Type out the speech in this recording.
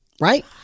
right